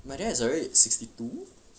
my dad is already sixty two